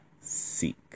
seek